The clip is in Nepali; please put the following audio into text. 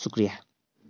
सुक्रिया